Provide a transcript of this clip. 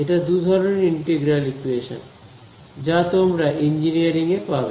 এটা দুধরনের integral equation যা তোমরা ইঞ্জিনিয়ারিং এ পাবে